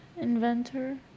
inventor